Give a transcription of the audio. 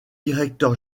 directeur